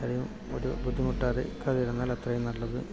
ആരെയും ഒരു ബുദ്ധിമുട്ടാതെ തിരുന്നാൽ അത്രയും നല്ലത്